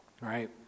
right